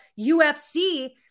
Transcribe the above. UFC